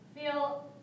Feel